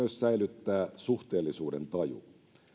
säilyttää suhteellisuudentaju